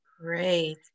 Great